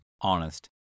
honest